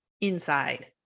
inside